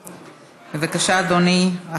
בבקשה, אדוני.